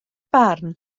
barn